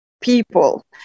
people